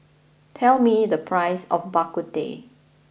tell me the price of Bak Kut Teh